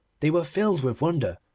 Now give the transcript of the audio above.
they were filled with wonder,